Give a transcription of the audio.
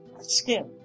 skin